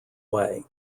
way